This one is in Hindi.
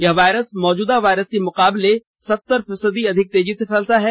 यह वायरस मौजूदा वायरस के मुकाबले सत्तर फीसदी अधिक तेजी से फैलता है